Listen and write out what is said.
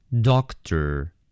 Doctor